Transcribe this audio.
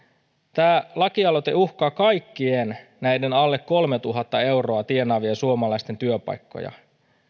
tämä lakialoite uhkaa kaikkien näiden alle kolmetuhatta euroa tienaavien suomalaisten työpaikkoja